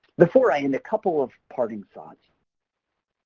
before i end, a couple of parting thoughts